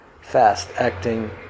Fast-acting